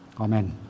amen